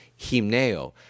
hymneo